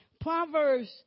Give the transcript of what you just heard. Proverbs